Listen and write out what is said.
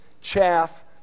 chaff